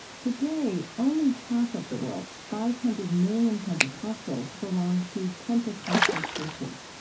today, only half of the world's five hundred million pentecostals belong to pentecostal churches.